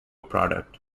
product